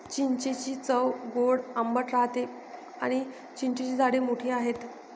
चिंचेची चव गोड आंबट राहते आणी चिंचेची झाडे मोठी आहेत